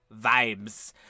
vibes